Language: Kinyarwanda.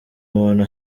umuntu